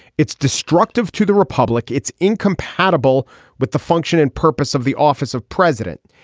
it's destructive to the republic it's incompatible with the function and purpose of the office of president.